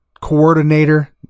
coordinator